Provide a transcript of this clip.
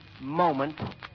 moment